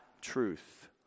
truth